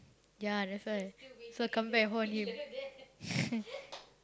ya that's why so come back haunt him